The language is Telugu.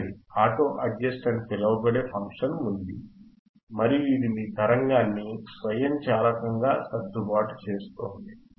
చూడండి ఆటో అడ్జస్ట్ అని పిలువబడే ఫంక్షన్ ఉంది మరియు ఇది మీ తరంగాన్ని స్వయంచాలకంగా సర్దుబాటు చేస్తుంది